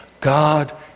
God